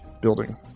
building